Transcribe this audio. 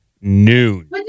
noon